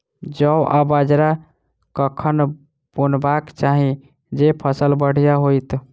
जौ आ बाजरा कखन बुनबाक चाहि जँ फसल बढ़िया होइत?